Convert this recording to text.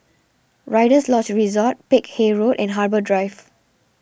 Rider's Lodge Resort Peck Hay Road and Harbour Drive